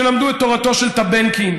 שלמדו את תורתו של טבנקין,